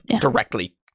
directly